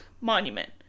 Monument